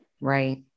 right